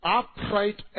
upright